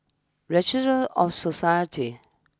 Registry of Societies